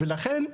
ולכן,